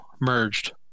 merged